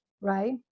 right